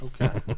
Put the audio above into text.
Okay